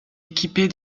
équipée